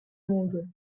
monde